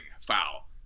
Foul